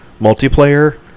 multiplayer